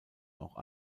auch